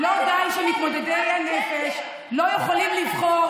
לא די שנפגעי הנפש לא יכולים לבחור,